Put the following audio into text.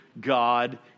God